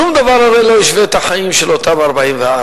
שום דבר הרי לא ישווה את החיים של אותם 44,